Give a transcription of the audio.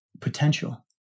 potential